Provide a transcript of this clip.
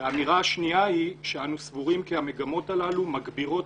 והאמירה השנייה היא ש"אנו סבורים כי המגמות הללו מגבירות